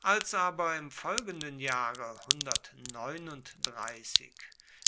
als aber im folgenden jahre